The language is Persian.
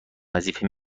وظیفه